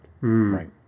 Right